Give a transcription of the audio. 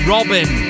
Robin